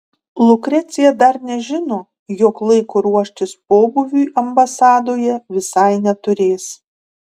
lukrecija dar nežino jog laiko ruoštis pobūviui ambasadoje visai neturės